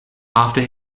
after